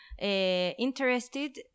Interested